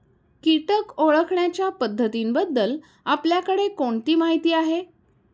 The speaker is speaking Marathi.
कीटक ओळखण्याच्या पद्धतींबद्दल आपल्याकडे कोणती माहिती आहे?